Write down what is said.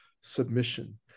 submission